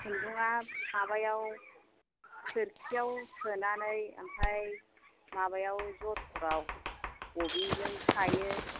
खुन्दुंआ माबायाव सोरखिआव सोनानै ओमफ्राय माबायाव जथ'राव बबिन जों सायो